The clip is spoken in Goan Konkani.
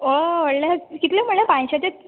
होय व्हडलें कितलें म्हणले पांयश्याचें